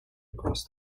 across